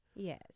Yes